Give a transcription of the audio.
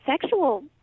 sexual